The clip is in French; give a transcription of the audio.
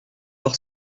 par